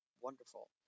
wonderful